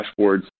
dashboards